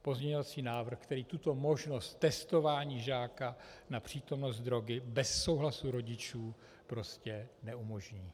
Pozměňovací návrh, který tuto možnost testování žáka na přítomnost drogy bez souhlasu rodičů prostě neumožní.